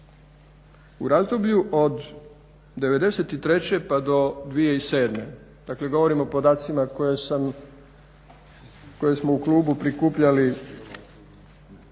U razdoblju od '93. pa do 2007., dakle govorim o podacima koje smo u klubu prikupljali za